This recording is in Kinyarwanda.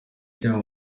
cyaba